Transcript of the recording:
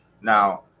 now